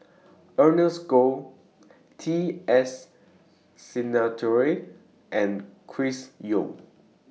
Ernest Goh T S Sinnathuray and Chris Yeo